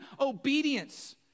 obedience